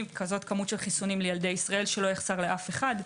כזאת כמות של חיסונים לילדי ישראל שלא יחסר לאף אחד.